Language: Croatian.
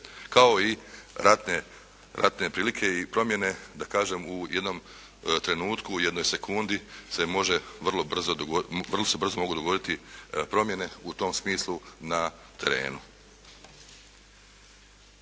kao i ratne prilike i promjene da kažem u jednom trenutku, u jednoj sekundi se može vrlo brzo, vrlo se brzo mogu dogoditi promjene u tom smislu na terenu.